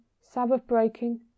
Sabbath-breaking